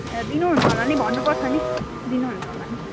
ए दिनु हुन्छ होला नि भन्नुपर्छ नि दिनुहुन्छ होला नि